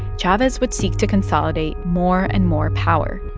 chavez would seek to consolidate more and more power.